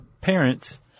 parents